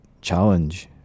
challenge